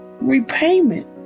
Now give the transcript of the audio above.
repayment